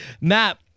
Matt